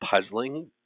puzzling